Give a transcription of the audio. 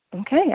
okay